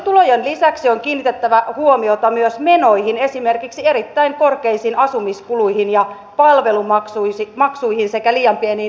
tulojen lisäksi on kiinnitettävä huomiota myös menoihin esimerkiksi erittäin korkeisiin asumiskuluihin ja palvelumaksuihin sekä liian pieniin lääkekorvauksiin